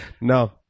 No